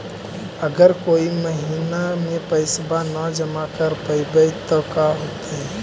अगर कोई महिना मे पैसबा न जमा कर पईबै त का होतै?